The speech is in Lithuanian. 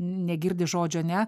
negirdi žodžio ne